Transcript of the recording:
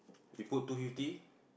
you put two fifty